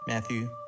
Matthew